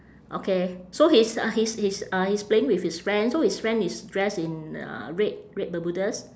okay so he's uh he's he's uh he's playing with his friend so his friend is dressed in uh red red bermudas